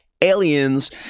aliens